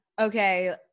okay